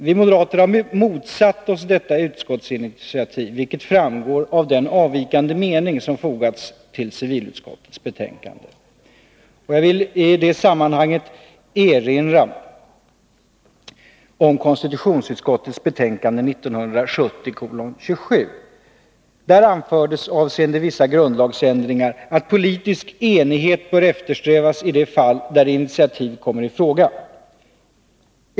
Vi har motsatt oss detta utskottsinitiativ, vilket framgår av den avvikande mening som fogats till civilutskottets betänkande. Jag vill i det sammanhanget erinra om konstitutionsutskottets betänkande 1970:27. Där anfördes, avseende vissa grundlagsändringar, att politisk enighet bör eftersträvas i de fall där initiativ kommer i fråga.